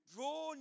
Draw